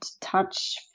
touch